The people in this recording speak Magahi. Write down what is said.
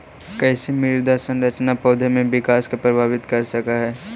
कईसे मृदा संरचना पौधा में विकास के प्रभावित कर सक हई?